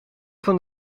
van